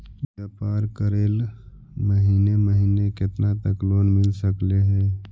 व्यापार करेल महिने महिने केतना तक लोन मिल सकले हे?